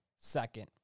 second